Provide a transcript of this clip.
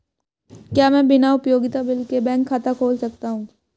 क्या मैं बिना उपयोगिता बिल के बैंक खाता खोल सकता हूँ?